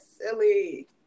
silly